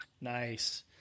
Nice